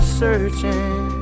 searching